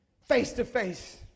face-to-face